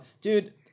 dude